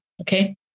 okay